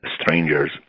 strangers